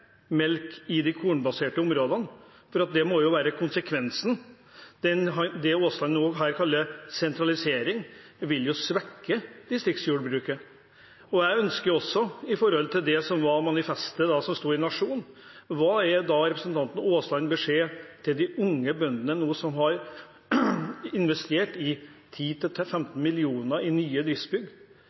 melk i de kornbaserte områdene – for det må jo være konsekvensen? Det Aasland kaller sentralisering, vil jo svekke distriktsjordbruket. Jeg ønsker også å spørre, i forbindelse med manifestet som sto i Nationen: Hva er representanten Aaslands beskjed til de unge bøndene som har investert 10–15 mill. kr i nye